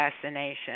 assassination